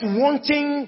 wanting